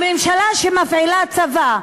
הממשלה שמפעילה צבא,